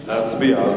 להצביע.